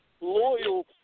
loyal